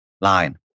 line